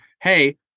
hey